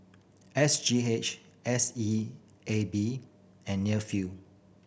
S G H S E A B and